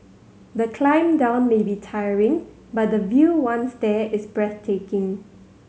the climb down may be tiring but the view once there is breathtaking